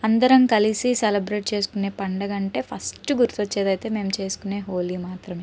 అందరం కలిసి సెలబ్రేట్ చేసుకునే పండుగ అంటే ఫస్ట్ గుర్తు వచ్చేది అయితే మేము చేసుకునే హోలీ మాత్రమే